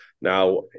Now